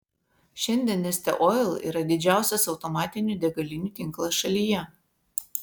šiandien neste oil yra didžiausias automatinių degalinių tinklas šalyje